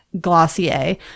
Glossier